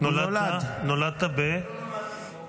נולדת --- לא נולדתי פה.